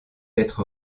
être